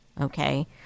okay